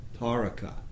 Taraka